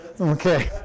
Okay